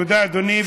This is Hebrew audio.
תודה, אדוני.